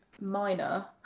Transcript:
minor